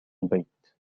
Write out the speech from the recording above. البيت